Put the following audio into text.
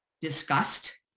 discussed